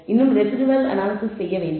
இன்னும் residual analysis செய்ய வேண்டும்